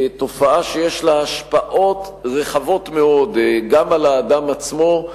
תופעה שיש לה השפעות רחבות מאוד גם על האדם עצמו.